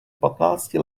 patnácti